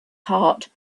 heart